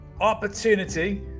opportunity